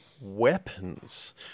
weapons